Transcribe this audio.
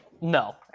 No